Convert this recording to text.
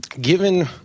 Given